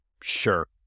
sure